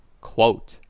quote